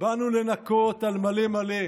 באנו לנקות על מלא מלא.